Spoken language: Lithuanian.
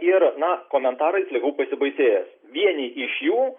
ir na komentarais likau pasibaisėjęs vieni iš jų